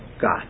God